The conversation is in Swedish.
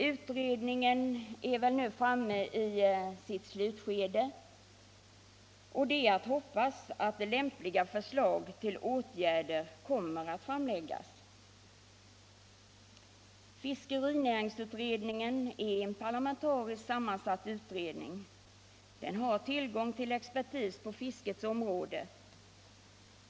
Utredningen är väl nu framme i sitt slutskede, och det är att hoppas att lämpliga förslag till åtgärder kommer att framläggas. Fiskerinäringsutredningen är en parlamentariskt sammansatt utredning. Den har tillgång till expertis på fiskets område.